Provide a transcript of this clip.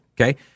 okay